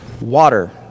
water